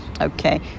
okay